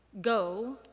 go